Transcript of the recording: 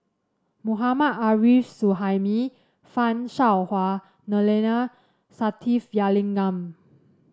Mohammad Arif Suhaimi Fan Shao Hua Neila Sathyalingam